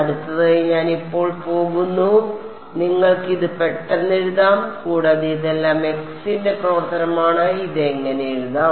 അടുത്തതായി ഞാൻ ഇപ്പോൾ പോകുന്നു നിങ്ങൾക്ക് ഇത് പെട്ടെന്ന് എഴുതാം കൂടാതെ ഇതെല്ലാം x ന്റെ പ്രവർത്തനമാണ് ഇത് എങ്ങനെ എഴുതാം